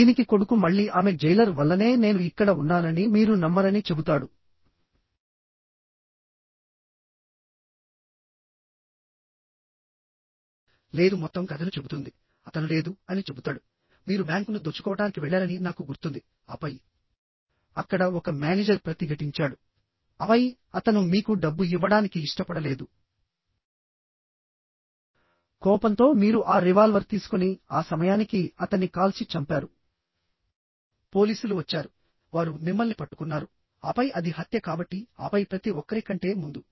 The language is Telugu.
దీనికి కొడుకు మళ్ళీ ఆమె జైలర్ వల్లనే నేను ఇక్కడ ఉన్నానని మీరు నమ్మరని చెబుతాడు లేదు మొత్తం కథను చెబుతుంది అతను లేదు అని చెబుతాడు మీరు బ్యాంకును దోచుకోవడానికి వెళ్లారని నాకు గుర్తుంది ఆపై అక్కడ ఒక మేనేజర్ ప్రతిఘటించాడు ఆపై అతను మీకు డబ్బు ఇవ్వడానికి ఇష్టపడలేదు కోపంతో మీరు ఆ రివాల్వర్ తీసుకొని ఆ సమయానికి అతన్ని కాల్చి చంపారు పోలీసులు వచ్చారు వారు మిమ్మల్ని పట్టుకున్నారు ఆపై అది హత్య కాబట్టి ఆపై ప్రతి ఒక్కరి కంటే ముందు